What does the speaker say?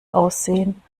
aussehen